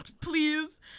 Please